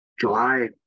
July